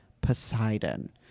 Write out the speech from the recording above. Poseidon